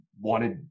wanted